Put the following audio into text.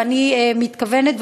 ואני מתכוונת,